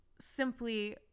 simply